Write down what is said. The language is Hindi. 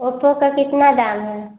ओप्पो का कितना दाम है